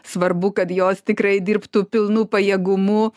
svarbu kad jos tikrai dirbtų pilnu pajėgumu